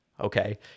Okay